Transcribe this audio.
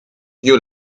you